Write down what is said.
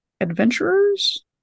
Adventurers